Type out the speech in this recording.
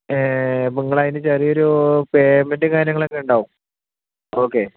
നിങ്ങളതിന് ചെറിയൊരു പേമെൻറ് കാര്യങ്ങളൊക്കെ ഉണ്ടാവും ഓക്കെ